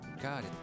God